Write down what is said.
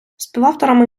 співавторами